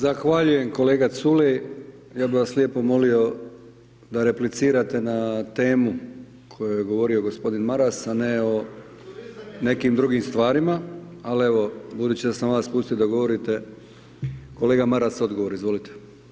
Zahvaljujem kolega Culej, ja bih vas lijepo molio da replicirate na temu o kojoj je govorio gospodin Maras, a ne o nekim drugim stvarima, al evo budući da sam vas pustio da govorite, kolega Maras odgovor izvolite.